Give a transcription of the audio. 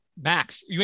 Max